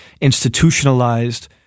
institutionalized